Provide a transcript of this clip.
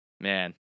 man